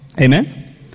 Amen